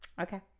Okay